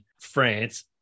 France